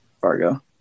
Fargo